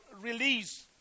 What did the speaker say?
release